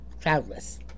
cloudless